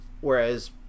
Whereas